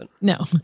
No